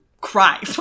cry